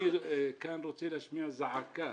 אני רוצה להשמיע זעקה